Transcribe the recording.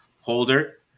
Holder